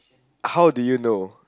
how do you know